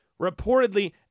reportedly